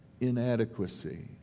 inadequacy